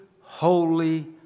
holy